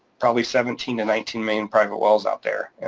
probably seventeen to nineteen million private wells out there.